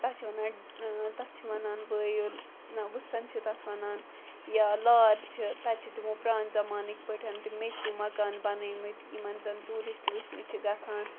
تَتھ چھِ وَنان تَتھ چھِ وَنان بٲیِل وُسَن چھِ تَتھ وَنان یا لار چھِ تَتہِ چھِ تِمو پرانہِ زَمانٕکۍ پٲٹھۍ تِم میٚژِوٗ مَکان بَنٲمٕتۍ یِمَن زَن ٹوٗرِسٹ وٕچھنہِ چھِ گَژھان